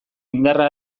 indarra